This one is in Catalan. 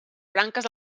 branques